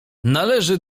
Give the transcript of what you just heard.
należy